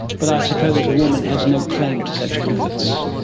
but i suppose a woman has no claim to such comforts.